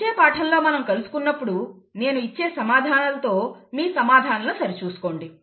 వచ్చే పాఠంలో మనం కలుసుకున్నప్పుడు నేను ఇచ్చే సమాధానాలతో మీ సమాధానాలను సరి చూసుకోండి